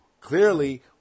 clearly